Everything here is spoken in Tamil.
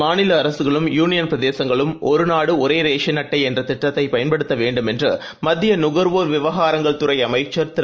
மாநில அரசுகளும் யூனியன் பிரதேசங்களும் ஒரு நாடு ஒரே ரேஷன் அட்டை என்ற திட்ட்த்தைப் பயன்படுத்த வேண்டும் என்று மத்திய நுகர்வோர் விவகாரங்கள் துறை அமைச்சர் திரு